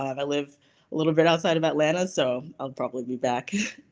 i live a little bit outside of atlanta, so i'll probably be back.